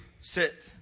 sit